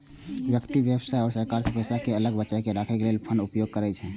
व्यक्ति, व्यवसाय आ सरकार सब पैसा कें अलग बचाके राखै लेल फंडक उपयोग करै छै